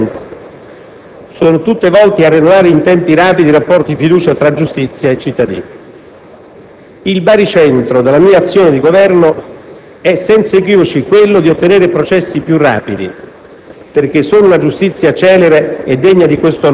ho affermato che le iniziative che sto intraprendendo sono tutte volte a riannodare in tempi rapidi il rapporto di fiducia tra giustizia e cittadini. Il baricentro della mia azione di governo è senza equivoci quello di ottenere processi più rapidi,